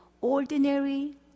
ordinary